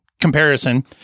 comparison